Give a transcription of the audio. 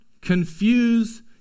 Confuse